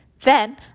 Then